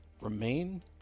remain